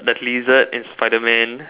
the lizard in Spiderman